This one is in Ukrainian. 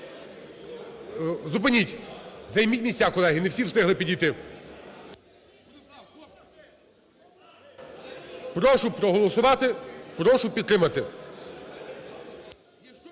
Зупиніть. Займіть колеги, не всі встигли підійти. Прошу проголосувати, прошу підтримати.